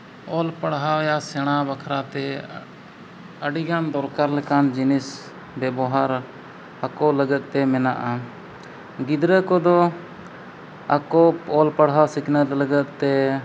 ᱚᱞ ᱯᱟᱲᱦᱟᱣ ᱤᱭᱟᱹ ᱥᱮᱬᱟ ᱵᱟᱠᱷᱨᱟᱛᱮ ᱟᱹᱰᱤᱜᱟᱱ ᱫᱚᱨᱠᱟᱨ ᱞᱮᱠᱟᱱ ᱡᱤᱱᱤᱥ ᱵᱮᱵᱚᱦᱟᱨ ᱟᱠᱚ ᱞᱟᱹᱜᱤᱫᱛᱮ ᱢᱮᱱᱟᱜᱼᱟ ᱜᱤᱫᱽᱨᱟᱹ ᱠᱚᱫᱚ ᱟᱠᱚ ᱚᱞ ᱯᱟᱲᱦᱟᱣ ᱥᱤᱠᱷᱱᱟᱹᱛ ᱞᱟᱹᱜᱤᱫᱛᱮ